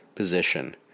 position